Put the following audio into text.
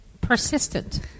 persistent